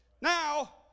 Now